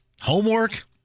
Homework